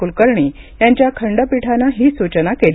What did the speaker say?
कुलकर्णी यांच्या खंडपीठानं ही सूचना केली